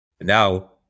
Now